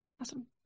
Awesome